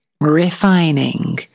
refining